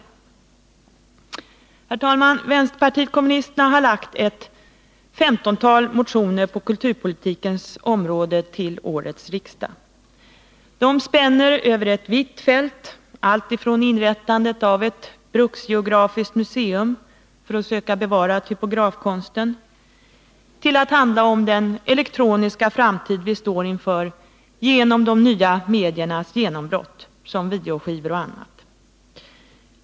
Vänsterpartiet kommunisterna har väckt ett 15-tal motioner på kulturpolitikens område vid årets riksmöte. Dessa spänner över ett vitt fält, alltifrån inrättandet av ett bruksgeografiskt museum för att söka bevara typografkonsten till att handla om den elektroniska framtid vi står inför genom de nya mediernas genombrott, såsom videoskivor och annat.